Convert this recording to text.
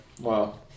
Wow